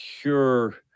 pure